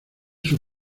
sus